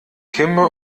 kimme